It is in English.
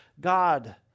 God